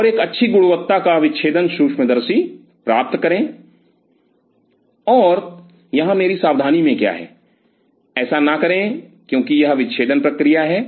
और एक अच्छी गुणवत्ता का विच्छेदन सूक्ष्मदर्शी प्राप्त करें और यहाँ मेरी सावधानी में क्या है ऐसा न करें क्योंकि यह विच्छेदन प्रक्रिया है